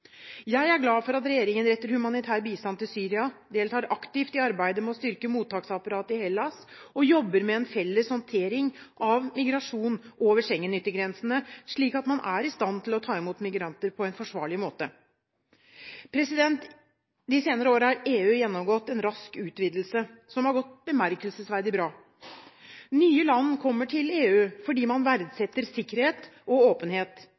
Jeg er glad for at regjeringen retter humanitær bistand til Syria, deltar aktivt i arbeidet med å styrke mottaksapparatet i Hellas og jobber med en felles håndtering av migrasjon over Schengen-yttergrensene, slik at man er i stand til å ta imot migranter på en forsvarlig måte. De senere år har EU gjennomgått en rask utvidelse, som har gått bemerkelsesverdig bra. Nye land kommer til EU fordi man verdsetter sikkerhet og åpenhet.